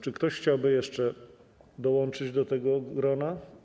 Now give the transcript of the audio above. Czy ktoś chciałby jeszcze dołączyć do tego grona?